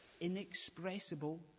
inexpressible